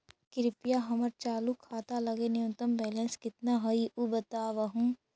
कृपया हमर चालू खाता लगी न्यूनतम बैलेंस कितना हई ऊ बतावहुं